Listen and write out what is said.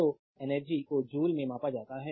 तो एनर्जी को जूल में मापा जाता है